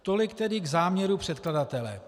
Tolik tedy k záměru předkladatele.